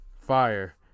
Fire